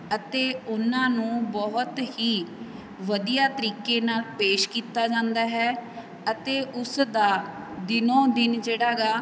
ਅਤੇ ਉਹਨਾਂ ਨੂੰ ਬਹੁਤ ਹੀ ਵਧੀਆ ਤਰੀਕੇ ਨਾਲ ਪੇਸ਼ ਕੀਤਾ ਜਾਂਦਾ ਹੈ ਅਤੇ ਉਸ ਦਾ ਦਿਨੋਂ ਦਿਨ ਜਿਹੜਾ ਗਾ